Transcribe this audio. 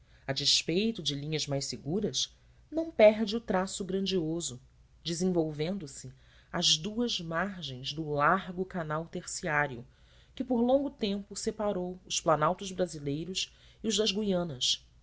a despeito de linhas mais seguras não perde o traço grandioso desenvolvendo se às duas margens do largo canal terciário que por longo tempo separou os planaltos brasileiros e os das guianas